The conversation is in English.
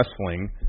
wrestling